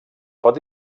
pot